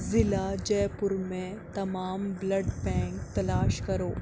ضلع جے پور میں تمام بلڈ بینک تلاش کرو